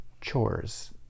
chores